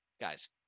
guys